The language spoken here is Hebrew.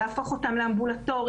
להפוך אותן לאמבולטוריות,